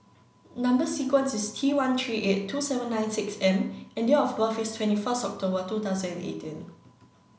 number sequence is T one three eight two seven nine six M and date of birth is twenty first October two thousand and eighteen